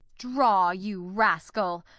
draw, you rascal!